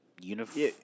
uniform